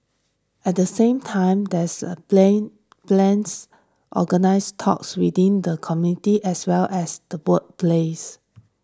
at the same time there's a plan plans organise talks within the community as well as the workplace